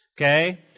Okay